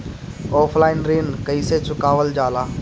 Offline ऋण कइसे चुकवाल जाला?